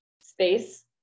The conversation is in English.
space